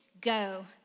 Go